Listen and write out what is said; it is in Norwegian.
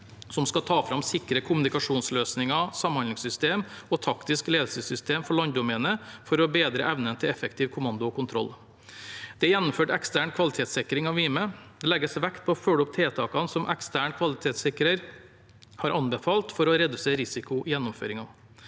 som skal ta fram sikre kommunikasjonsløsninger, samhandlingssystem og taktisk ledelsessystem for landdomenet for å bedre evnen til effektiv kommando og kontroll. Det er gjennomført ekstern kvalitetssikring av Mime. Det legges vekt på å følge opp tiltakene som ekstern kvalitetssikrer har anbefalt for å redusere risiko i gjennomføringen.